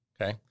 okay